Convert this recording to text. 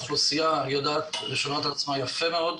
האוכלוסייה יודעת לשמור על עצמה יפה מאוד.